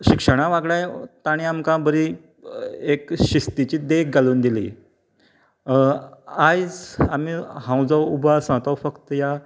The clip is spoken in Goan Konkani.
शिक्षणा वांगडाय तांणे आमकां बरी एक शिस्तिची देख घालून दिली आयज आमी हांव जो उबो आसा तो फक्त ह्या